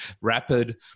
rapid